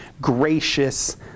gracious